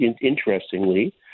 interestingly